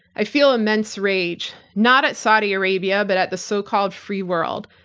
i feel immense rage not at saudi arabia but at the so-called free world.